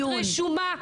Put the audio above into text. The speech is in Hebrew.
את רשומה.